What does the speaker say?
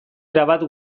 erabat